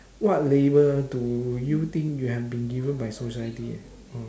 what label do you think you have been given by society oh